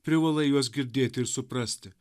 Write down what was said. privalai juos girdėti ir suprasti